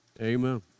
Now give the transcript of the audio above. Amen